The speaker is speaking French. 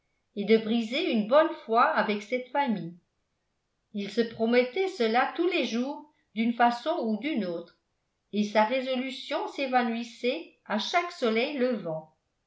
et de briser une bonne fois avec cette famille il se promettait cela tous les jours d'une façon ou d'une autre et sa résolution s'évanouissait à chaque soleil levant